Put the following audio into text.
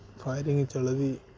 firing चला दी